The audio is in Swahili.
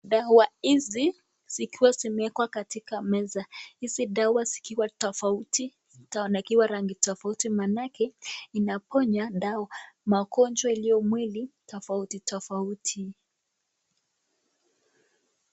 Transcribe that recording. Dawa hizi, zikiwa zimewekwa katika meza. Hizi dawa zikiwa tofauti zikiwa na rangi tofauti manake inaponya dawa magonjwa iliyo mwili tofauti tofauti.